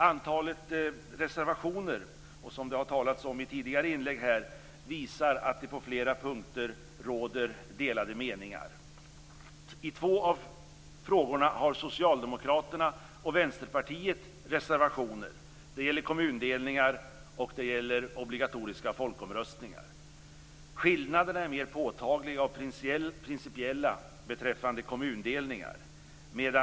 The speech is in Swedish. Antalet reservationer, som det har talats om i tidigare inlägg här, visar att det på flera punkter råder delade meningar. I två av frågorna har Socialdemokraterna och Vänsterpartiet reservationer. Det gäller kommundelningar och det gäller obligatoriska folkomröstningar. Skillnaderna är mer påtagliga och principiella beträffande kommundelningar.